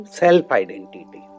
self-identity